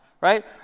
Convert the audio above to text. Right